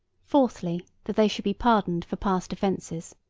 fourthly, that they should be pardoned for past offences.